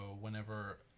whenever